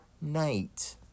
night